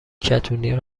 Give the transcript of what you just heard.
کتونی